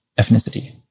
ethnicity